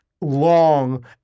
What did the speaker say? long